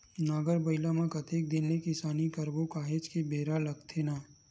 नांगर बइला म कतेक दिन ले किसानी करबो काहेच के बेरा लगथे न